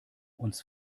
uns